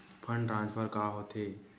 Fund transfer का होथे?